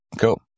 Cool